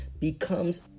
becomes